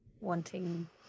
wanting